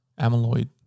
amyloid